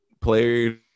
players